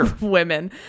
women